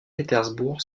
pétersbourg